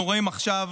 אנחנו רואים עכשיו,